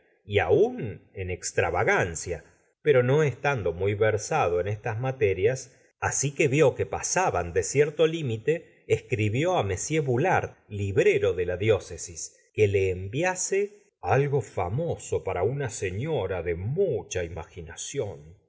y aun en extravagancia pero no estando muy versado en estas materias así que vió que pasaban de cierto limite escribió á m boulard librero de la dió cesis que le enviase algo famo so para una señora de mucha imaginación